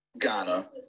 Ghana